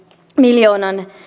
miljoonan